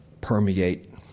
permeate